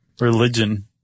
religion